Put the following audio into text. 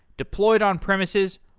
deployed on premises,